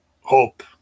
hope